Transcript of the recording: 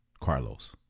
Carlos